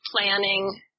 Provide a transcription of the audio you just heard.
planning